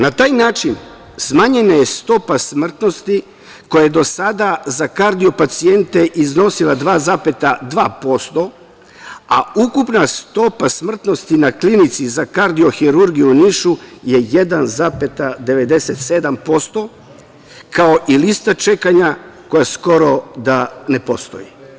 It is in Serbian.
Na taj način smanjena je stopa smrtnosti koja je do sada za kardio-pacijente iznosila 2,2%, a ukupna stopa smrtnosti na Klinici za kardiohirurgiju u Nišu je 1,97%, kao i lista čekanja koja skoro da ne postoji.